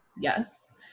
Yes